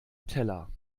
teller